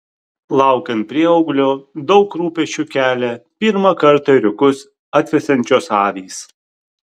laukiant prieauglio daug rūpesčių kelia pirmą kartą ėriukus atvesiančios avys